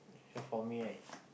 so for me right